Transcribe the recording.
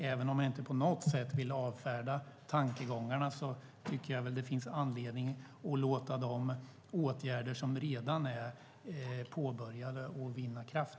Även om jag inte på något sätt vill avfärda de tankegångar Valter Mutt uttrycker tycker jag att det finns anledning att låta de åtgärder som redan är påbörjade vinna kraft.